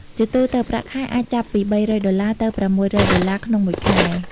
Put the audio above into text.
ជាទូទៅ ប្រាក់ខែអាចចាប់ពី $300 ទៅ $600 (USD) ក្នុងមួយខែ។